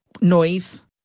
noise